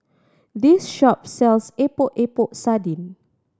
this shop sells Epok Epok Sardin